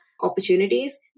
opportunities